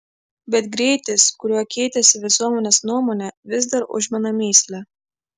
bet greitis kuriuo keitėsi visuomenės nuomonė vis dar užmena mįslę